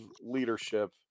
leadership